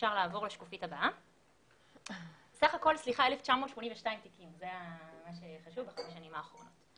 סך הכול, 1,982 תיקים בחמש השנים האחרונות.